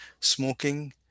Smoking